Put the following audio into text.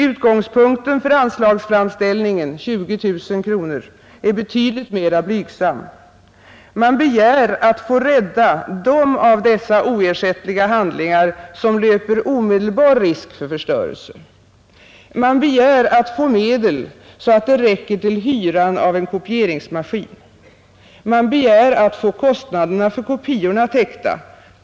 Utgångspunkten för anslagsframställningen, 20 000 kronor, är betydligt mera blygsam; man begär att få rädda dem av dessa oersättliga handlingar som löper omedelbar risk för förstörelse. Man begär att få medel så att det räcker till hyran av en kopieringsmaskin. Man begär att få kostnaderna för kopiorna täckta.